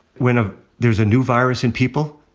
when ah there's a new virus in people,